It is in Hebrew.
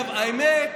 האמת,